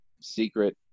secret